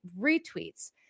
retweets